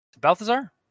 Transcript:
Balthazar